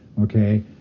Okay